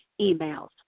emails